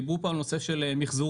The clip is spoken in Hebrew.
דיברו פה על נושא של מחזורים,